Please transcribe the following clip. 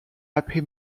happy